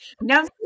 No